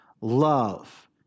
Love